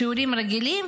משיעורים רגילים